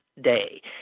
day